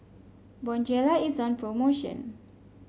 Bonjela is on promotion